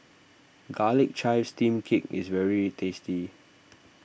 Garlic Chives Steamed Cake is very tasty